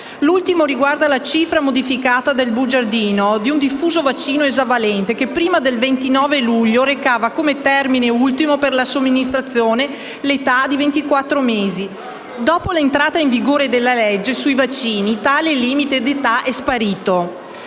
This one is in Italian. L'ultimo riguarda la cifra modificata sul bugiardino di un diffuso vaccino esavalente che, prima del 29 luglio, recava come termine ultimo per la somministrazione l'età di ventiquattro mesi. Dopo l'entrata in vigore della normativa sui vaccini, tale limite d'età è sparito.